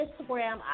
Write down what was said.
Instagram